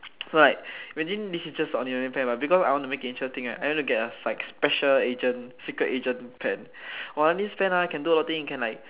so like imagine this is just a ordinary pen but because I want to make it interesting right I want to get like a special agent secret agent pen !wah! this pen ah can do a lot of things can like